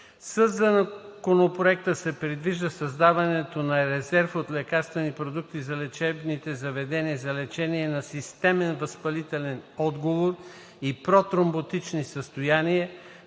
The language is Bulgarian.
Със Законопроекта се предлага създаването на резерв от лекарствени продукти за лечебните заведения за лечение на системен възпалителен отговор и протромботични състояния,